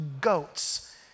goats